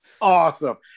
Awesome